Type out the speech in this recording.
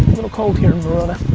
little cold here in verona,